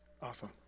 Awesome